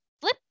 flip